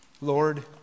Lord